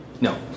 no